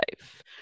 life